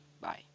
Bye